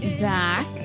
back